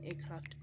aircraft